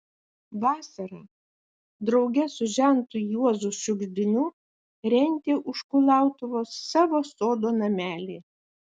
vasarą drauge su žentu juozu šiugždiniu rentė už kulautuvos savo sodo namelį